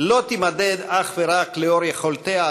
לא תימדד אך ורק לאור יכולותיה הצבאיות,